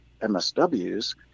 MSWs